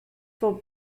for